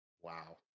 Wow